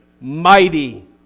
mighty